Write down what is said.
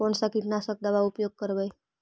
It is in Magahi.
कोन सा कीटनाशक दवा उपयोग करबय?